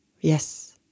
Yes